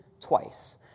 twice